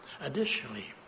Additionally